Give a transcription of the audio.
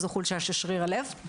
שזה חולשה של שריר הלב.